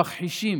המכחישים: